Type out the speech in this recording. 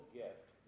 gift